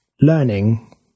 learning